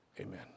Amen